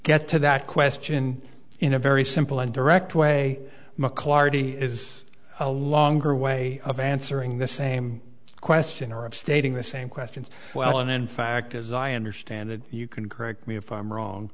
get to that question in a very simple and direct way mclarty is a longer way of answering the same question or of stating the same questions well and in fact as i understand it you can correct me if i'm wrong